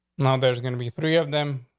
now there's going to be three of them.